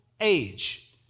age